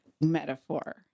metaphor